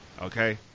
Okay